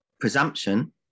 Presumption